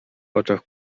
oczach